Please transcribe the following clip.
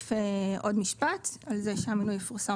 להוסיף עוד משפט על זה שהמינוי יפורסם